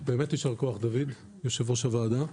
יושב-ראש הוועדה,